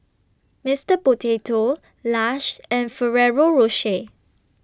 Mister Potato Lush and Ferrero Rocher